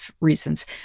reasons